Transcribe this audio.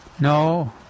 No